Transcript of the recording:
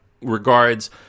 regards